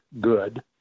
good